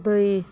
दै